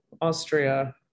Austria